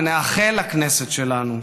ונאחל לכנסת שלנו,